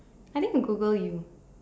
I think I'll Google you